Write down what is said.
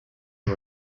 que